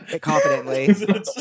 confidently